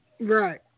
Right